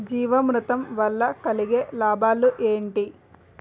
జీవామృతం వల్ల కలిగే లాభాలు ఏంటి?